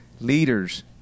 leaders